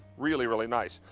really really nice.